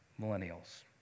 millennials